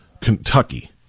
Kentucky